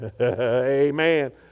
Amen